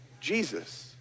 Jesus